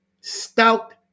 stout